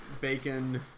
bacon